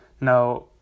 Now